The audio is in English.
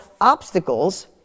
obstacles